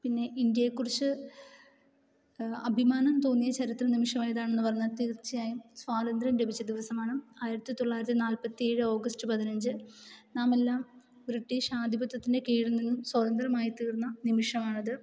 പിന്നെ ഇന്ത്യയെ കുറിച്ച് അഭിമാനം തോന്നിയ ചരിത്ര നിമിഷം ഏതാണെന്നു പറഞ്ഞാൽ തീർച്ചയായും സ്വാതന്ത്ര്യം ലഭിച്ച ദിവസമാണ് ആയിരത്തി തൊള്ളായിരത്തി നാല്പത്തിയേഴ് ഓഗസ്റ്റ് പതിനഞ്ച് നാമെല്ലാം ബ്രിട്ടീഷ് ആധിപത്യത്തിൻ്റെ കീഴിൽ നിന്നും സ്വതന്ത്രമായി തീർന്ന നിമിഷമാണത്